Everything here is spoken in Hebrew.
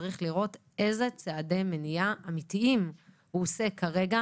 צריך לראות איזה צעדי מניעה אמיתיים הוא עושה כרגע.